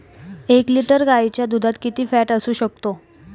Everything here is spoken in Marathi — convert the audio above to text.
एक लिटर गाईच्या दुधात किती फॅट असू शकते?